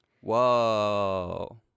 Whoa